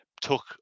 took